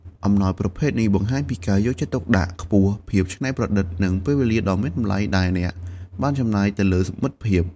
អំណោយប្រភេទនេះបង្ហាញពីការយកចិត្តទុកដាក់ខ្ពស់ ភាពច្នៃប្រឌិត និងពេលវេលាដ៏មានតម្លៃដែលអ្នកបានចំណាយទៅលើមិត្តភាព។